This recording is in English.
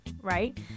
right